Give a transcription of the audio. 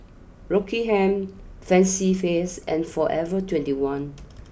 Rockingham Fancy Feast and forever twenty one